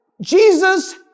Jesus